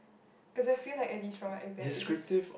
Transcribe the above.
cause I feel like at least from what I read it just